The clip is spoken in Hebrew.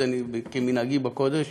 כמנהגי בקודש,